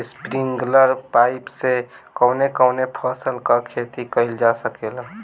Sprinkler pipe से कवने कवने फसल क खेती कइल जा सकेला?